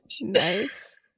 Nice